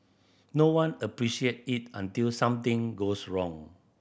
no one appreciate it until something goes wrong